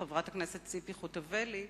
חברת הכנסת ציפי חוטובלי,